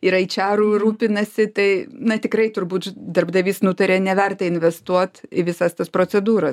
ir eičaru rūpinasi tai na tikrai turbūt darbdavys nutarė neverta investuot į visas tas procedūras